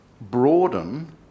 broaden